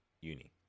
uni